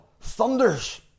thunders